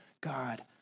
God